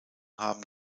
haben